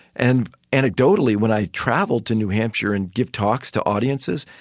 and anecdotally, when i travel to new hampshire and give talks to audiences,